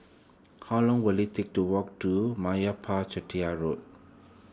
how long will it take to walk to Meyappa Chettiar Road